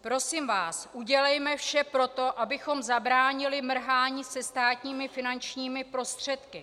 Prosím vás, udělejme vše pro to, abychom zabránili mrhání se státními finančními prostředky.